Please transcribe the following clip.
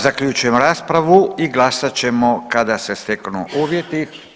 Zaključujem raspravu i glasat ćemo kada se steknu uvjeti.